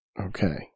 Okay